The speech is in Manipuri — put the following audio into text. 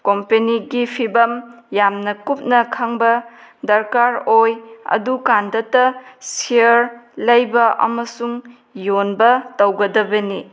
ꯀꯝꯄꯦꯅꯤꯒꯤ ꯐꯤꯚꯝ ꯌꯥꯝꯅ ꯀꯨꯞꯅ ꯈꯪꯕ ꯗꯔꯀꯥꯔ ꯑꯣꯏ ꯑꯗꯨ ꯀꯥꯟꯗꯇ ꯁꯤꯌꯥꯔ ꯂꯩꯕ ꯑꯃꯁꯨꯡ ꯌꯣꯟꯕ ꯇꯧꯒꯗꯕꯅꯤ